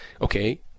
okay